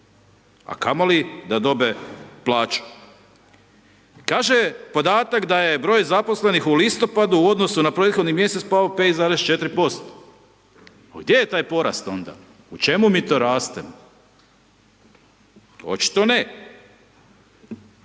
a kamoli da dobe plaću. Kaže podatak da je broj zaposlenih u listopadu u odnosu na prethodni mjesec pao 5,4% Pa gdje je taj porast onda? U čemu mi to rastemo? Očito ne.